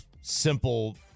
simple